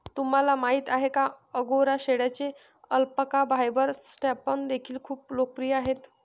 तुम्हाला माहिती आहे का अंगोरा शेळ्यांचे अल्पाका फायबर स्टॅम्प देखील खूप लोकप्रिय आहेत